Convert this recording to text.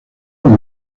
con